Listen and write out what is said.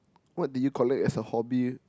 what do you collect as a hobby